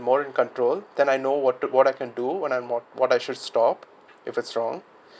more in control then I know what to what I can do and I'm more what I should stop if it's wrong